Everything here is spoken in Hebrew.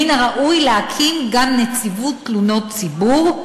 מן הראוי להקים גם נציבות תלונות ציבור,